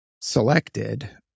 selected